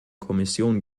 kommission